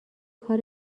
کار